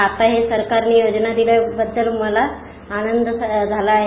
आता ही सरकारने योजना दिल्याबद्दल मला आनंद झाला आहे